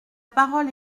parole